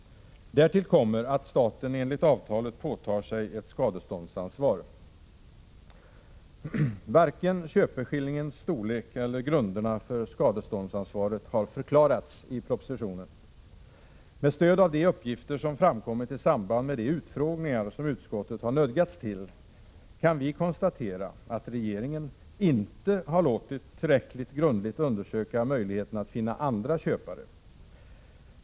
Därtill kommer att staten enligt avtalet påtar sig ett skadeståndsansvar. Varken köpeskillingens storlek eller grunderna för skadeståndsansvaret har förklarats i propositionen. Med stöd av de uppgifter som framkommit i samband med de utfrågningar som utskottet har nödgats till kan vi konstatera, att regeringen inte har låtit tillräckligt grundligt undersöka möjligheterna att finna andra köpare.